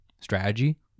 strategy